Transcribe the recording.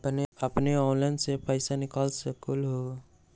अपने ऑनलाइन से पईसा निकाल सकलहु ह?